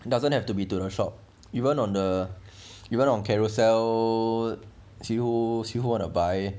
it doesn't have to be to the shop even on the even on Carousell see who see who wanna buy